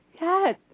yes